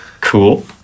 cool